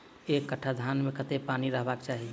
एक कट्ठा धान मे कत्ते पानि रहबाक चाहि?